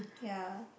ya